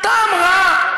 סליחה.